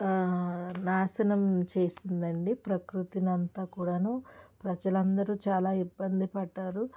నాశనం చేసిందండి ప్రకృతినంతా కూడాను ప్రజలందరూ చాలా ఇబ్బంది పడ్డారు